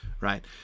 right